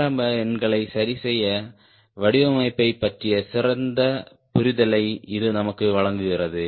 ஆரம்ப எண்களை சரிசெய்ய வடிவமைப்பைப் பற்றிய சிறந்த புரிதலை இது நமக்கு வழங்குகிறது